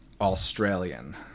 australian